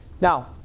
Now